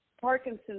Parkinson's